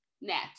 net